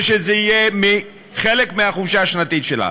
ושזה יהיה חלק מהחופשה השנתית שלה.